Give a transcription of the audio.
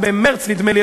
נדמה לי,